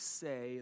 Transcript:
say